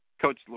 Coach